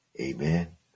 Amen